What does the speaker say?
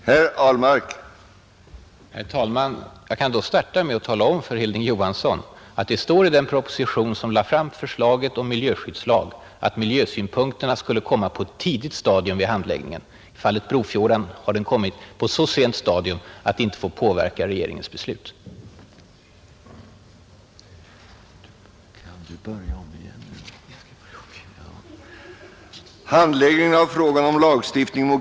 Herr talman! Jag kan då starta med att tala om för Hilding Johansson att det står i den proposition som lade fram förslaget om miljöskyddslag, att miljösynpunkterna skulle komma ”på ett tidigt stadium” vid handläggningen. I fallet Brofjorden har de kommit på så sent stadium att de inte får påverka regeringens beslut.